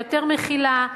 היותר מכילה.